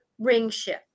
ringship